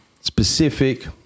Specific